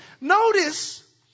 notice